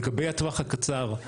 לגבי הטווח הקצר,